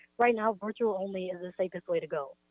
right now, virtual only is the safest way to go.